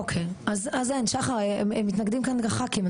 אוקיי, אז אין שחר, הם מתנגדים כאן הח"כים.